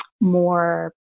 more